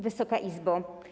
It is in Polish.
Wysoka Izbo!